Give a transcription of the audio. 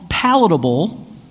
palatable